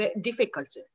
difficult